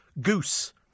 goose